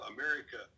America